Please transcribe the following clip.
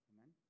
Amen